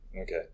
Okay